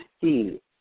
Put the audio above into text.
see